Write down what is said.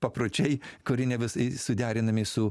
papročiai kurie ne visai suderinami su